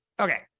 Okay